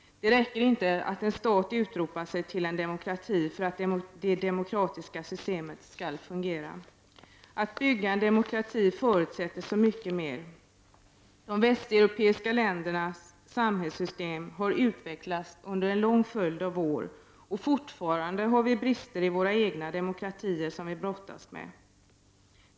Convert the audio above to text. Det räcker inte att en stat utropar sig till demokrati för att det demokratiska systemet skall fungera. Att bygga en demokrati förutsätter så mycket mer. De västeuropeiska ländernas samhällssystem har utvecklats under en lång följd av år, och det finns fortfarande brister som vi brottas med i våra egna demokratier.